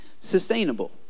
Sustainable